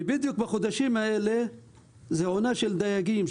בדיוק בחודשים האלה זה עונה של דייגים,